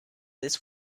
this